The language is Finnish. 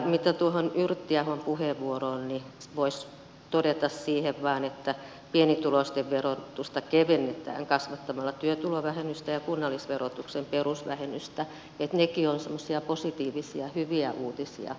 mitä tulee yrttiahon puheenvuoroon niin voisi todeta siihen vain että pienituloisten verotusta kevennetään kasvattamalla työtulovähennystä ja kunnallisverotuksen perusvähennystä että nekin ovat semmoisia positiivisia hyviä uutisia pienituloisille ihmisille